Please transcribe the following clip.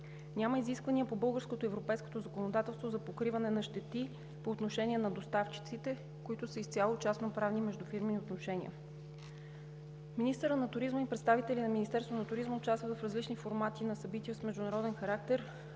Няма изисквания по българското и европейското законодателство за покриване на щети по отношение на доставчиците, които са изцяло в частноправни междуфирмени отношения. Министърът на туризма и представители на Министерството на туризма участват в различни формати на събития с международен характер,